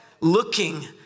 looking